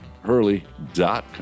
Hurley.com